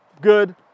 good